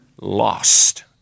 lost